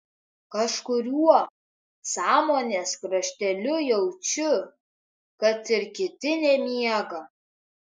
kažkuriuo sąmonės krašteliu jaučiu kad ir kiti nemiega